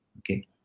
okay